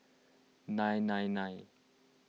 nine nine nine